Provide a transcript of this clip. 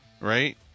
right